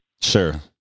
Sure